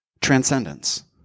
transcendence